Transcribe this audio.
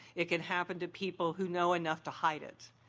it can happen to people who know enough to hide it.